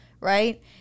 right